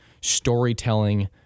storytelling